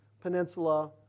Peninsula